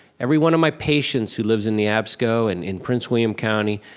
every one of my patients who lives in the absco and in prince william county,